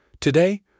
Today